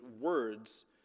words